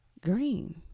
green